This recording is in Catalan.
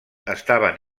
estaven